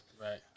right